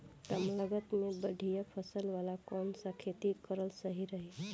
कमलागत मे बढ़िया फसल वाला कौन सा खेती करल सही रही?